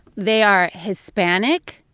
they are hispanic,